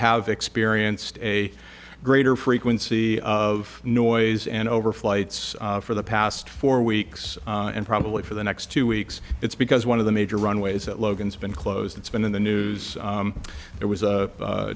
have experienced a greater frequency of noise and over flights for the past four weeks and probably for the next two weeks it's because one of the major runways at logan's been closed it's been in the news there was a